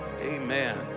amen